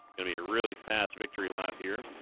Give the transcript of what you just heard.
gonna be a really fast victory lap here